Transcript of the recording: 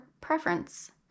preference